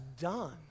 done